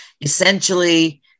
essentially